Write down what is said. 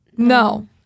No